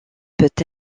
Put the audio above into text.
peut